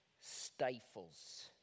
stifles